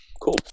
Cool